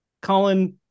Colin